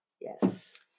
Yes